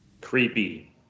Creepy